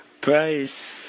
Price